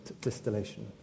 distillation